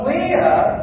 Leah